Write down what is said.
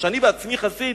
או כשאני עצמי חסיד,